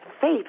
faith